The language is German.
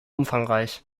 umfangreich